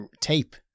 tape